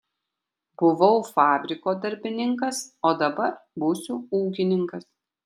buvau fabriko darbininkas o dabar būsiu ūkininkas